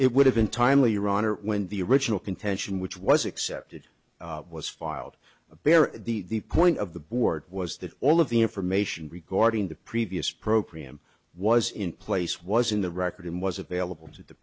it would have been timely iran or when the original contention which was accepted was filed a bare the point of the board was that all of the information regarding the previous program was in place was in the record and was available to the